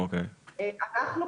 אנחנו,